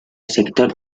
sector